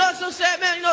ah so sad, man? you know